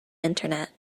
internet